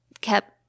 kept